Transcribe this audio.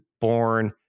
born